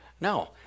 no